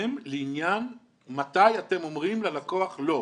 מכם לעניין מתי אתם אומרים ללקוח לא.